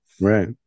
Right